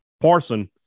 Parson